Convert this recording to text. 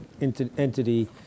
entity